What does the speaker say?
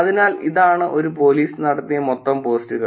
അതിനാൽ ഇതാണ് ഒരു പോലീസ് നടത്തിയ മൊത്തം പോസ്റ്റുകൾ